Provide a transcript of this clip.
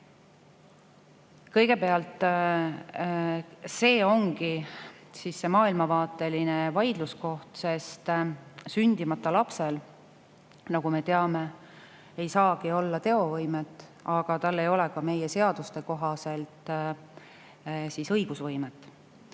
Kõigepealt, see ongi see maailmavaateline vaidluskoht. Sündimata lapsel, nagu me teame, ei saagi olla teovõimet, aga tal ei ole meie seaduste kohaselt ka õigusvõimet.